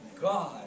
God